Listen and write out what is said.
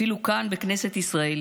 אפילו כאן בכנסת ישראל